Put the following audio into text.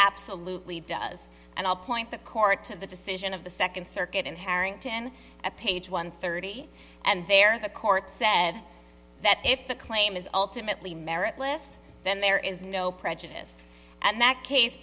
absolutely does and i'll point the court to the decision of the second circuit and harrington at page one thirty and there the court said that if the claim is ultimately merit less then there is no prejudice and that case